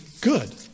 good